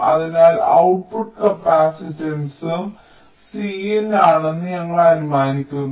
അതിനാൽ ഔട്ട്പുട്ട് കപ്പാസിറ്റൻസും Cin ആണെന്ന് ഞങ്ങൾ അനുമാനിക്കുന്നു